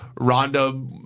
Ronda –